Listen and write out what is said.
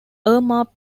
irma